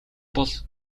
бол